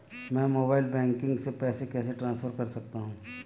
मैं mobile banking से पैसे कैसे ट्रांसफर कर सकता हूं?